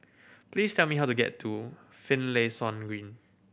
please tell me how to get to Finlayson Green